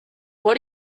what